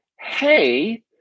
hey